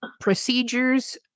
procedures